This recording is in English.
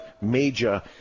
major